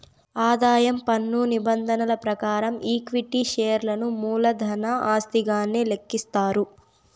ఆదాయం పన్ను నిబంధనల ప్రకారం ఈక్విటీ షేర్లను మూలధన ఆస్తిగానే లెక్కిస్తారు